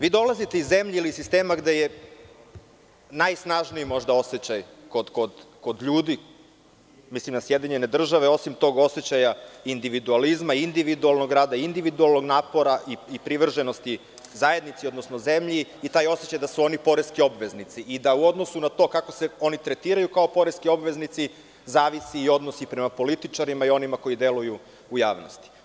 Vi dolazite iz zemlje ili sistema gde je najsnažniji možda osećaj kod ljudi, mislim na SAD, osim tog osećaja individualizma i individualnog rada, individualnog napora i privrženosti zajednici, odnosno zemlji i taj osećaj da su oni poreski obveznici i da, u odnosu na to kako se oni tretiraju kao poreski obveznici, zavisi i odnos prema političarima i onima koji deluju u javnosti.